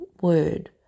word